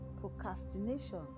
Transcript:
procrastination